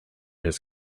his